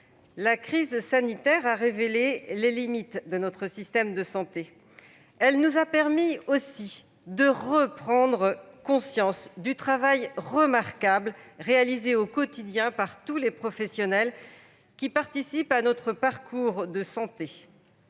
la crise sanitaire a révélé les limites de notre système de santé. Elle nous a aussi permis de « reprendre » conscience du travail remarquable réalisé au quotidien par tous les professionnels qui participent à notre parcours de santé.